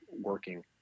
working